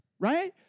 right